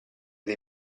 dei